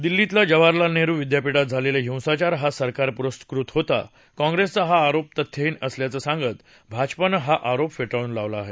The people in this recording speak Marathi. दिल्लीतल्या जवाहरलाल नेहरू विद्यापीठात झालेला हिंसाचार हा सरकार पुरस्कृत होता काँप्रेसचा हा आरोप तथ्यहीन असल्याचं सांगत भाजपानं हा फेटाळून लावला आहे